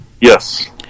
Yes